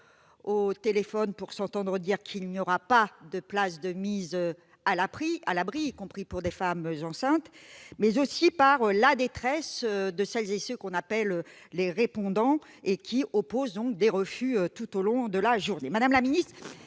au téléphone pour s'entendre dire qu'il n'y aura pas de place de mise à l'abri- y compris pour des femmes enceintes -, mais aussi de celles et de ceux qu'on appelle les répondants, et qui opposent donc des refus tout au long de la journée.